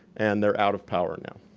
and they're out of power now.